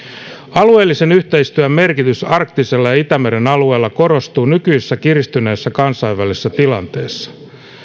alueellisen yhteistyön merkitys arktisella ja itämeren alueella korostuu nykyisessä kiristyneessä kansainvälisessä tilanteessa